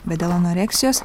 bet dėl anoreksijos